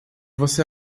você